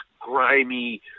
grimy